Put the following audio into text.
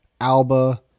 Alba